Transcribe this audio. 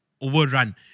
overrun